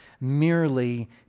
merely